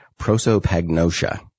prosopagnosia